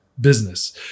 business